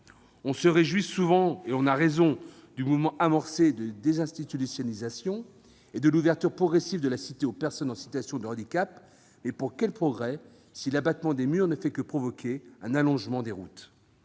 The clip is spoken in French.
On se réjouit souvent, à raison, du mouvement amorcé de « désinstitutionnalisation » et de l'ouverture progressive de la cité aux personnes en situation de handicap, mais pour quel progrès, si l'abattement des murs ne fait que provoquer un allongement des routes ?